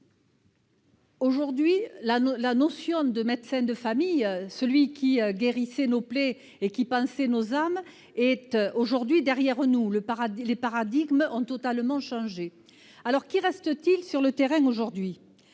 Aujourd'hui, la notion de « médecin de famille », ce médecin qui guérissait nos plaies et qui pansait nos âmes, est derrière nous. Les paradigmes ont totalement changé. Alors, qui reste-t-il sur le terrain ? Aujourd'hui,